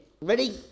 ready